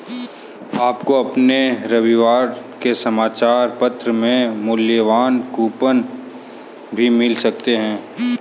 आपको अपने रविवार के समाचार पत्र में मूल्यवान कूपन भी मिल सकते हैं